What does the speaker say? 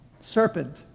Serpent